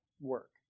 work